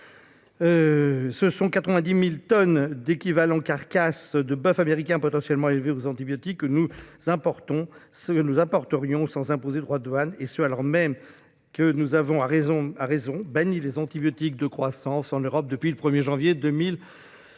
Ce sont 99 000 tonnes équivalent carcasse de boeuf sud-américain, potentiellement élevé aux antibiotiques, que nous importerions sans imposer de droits de douane, alors même que nous avons, à raison, banni les antibiotiques de croissance en Europe à compter du 1 janvier 2006.